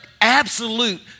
absolute